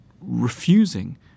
refusing